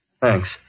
Thanks